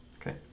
Okay